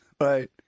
Right